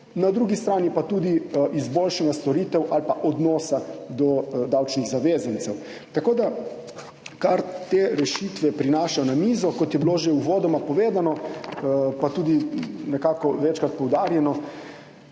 na drugi strani pa tudi izboljšanje storitev ali odnosa do davčnih zavezancev. Kar te rešitve prinašajo na mizo, kot je bilo že uvodoma povedano in tudi nekako večkrat poudarjeno,